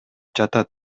жатат